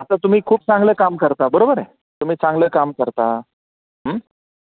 आता तुम्ही खूप चांगलं काम करता बरोबर आहे तुम्ही चांगलं काम करता